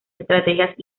estrategias